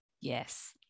yes